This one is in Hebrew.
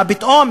מה פתאום?